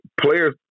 players